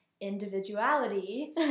individuality